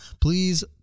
Please